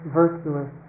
virtuous